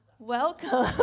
Welcome